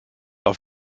auf